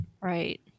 right